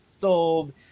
sold